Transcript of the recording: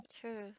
true